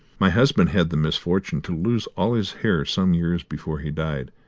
my husband had the misfortune to lose all his hair some years before he died,